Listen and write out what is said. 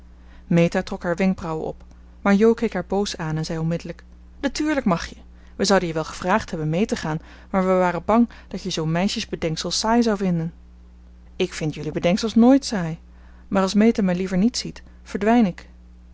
trok haar wenkbrauwen op maar jo keek haar boos aan en zei onmiddellijk natuurlijk mag je we zouden je wel gevraagd hebben mee te gaan maar we waren bang dat je zoo'n meisjesbedenksel saai zou vinden ik vind jullie bedenksels nooit saai maar als meta mij liever niet ziet verdwijn ik